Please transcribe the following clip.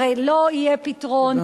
הרי לא יהיה פתרון,